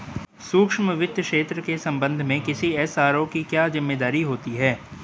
सूक्ष्म वित्त क्षेत्र के संबंध में किसी एस.आर.ओ की क्या जिम्मेदारी होती है?